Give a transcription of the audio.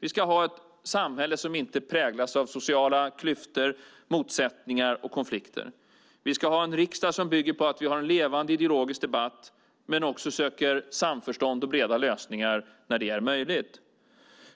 Vi ska ha ett samhälle som inte präglas av sociala klyftor, motsättningar och konflikter. Vi ska ha en riksdag som bygger på att vi har en levande ideologisk debatt men också söker samförstånd och breda lösningar när det är möjligt.